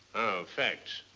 facts.